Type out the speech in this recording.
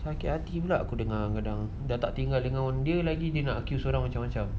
sakit hari pula aku dengar kadang dia tak tinggal dengan dia nak accuse orang macam-macam